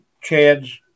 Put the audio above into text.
Chad's